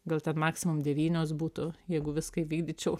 gal ten maksimum devynios būtų jeigu viską įvykdyčiau